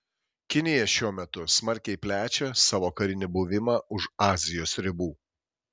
kinija šiuo metu smarkiai plečia savo karinį buvimą už azijos ribų